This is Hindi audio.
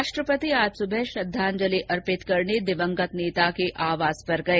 राष्ट्रपति आज सुबह श्रद्धांजलि अर्पित करने दिवंगत नेता के आवास पर गए